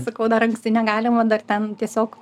sakau dar anksti negalima dar ten tiesiog